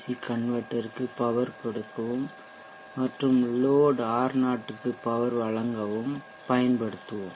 C கன்வெர்ட்டர்க்கு power கொடுக்கவும்மற்றும் load R0 க்கு பவர் வழங்கவும் பயன்படுத்துவோம்